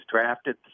drafted